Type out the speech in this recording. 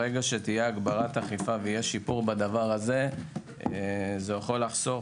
ברגע שתהיה הגברת אכיפה ויהיה שיפור בדבר הזה זה יכול לחסוך